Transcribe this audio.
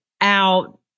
out